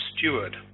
steward